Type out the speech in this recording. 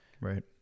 Right